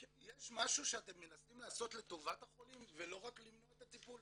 יש משהו שאתם מנסים לעשות לטובת החולים ולא רק למנוע את הטיפול?